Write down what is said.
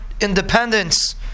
independence